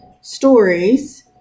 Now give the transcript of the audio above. stories